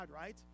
right